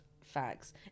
facts